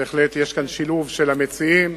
בהחלט יש כאן שילוב של המציעים